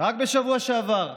רק בשבוע שעבר ראינו,